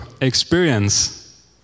experience